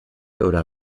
oder